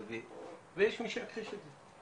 ויש מי שמכחיש את זה,